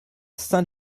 saint